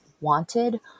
wanted